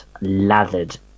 lathered